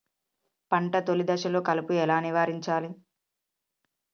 పంట తొలి దశలో కలుపు ఎలా నివారించాలి?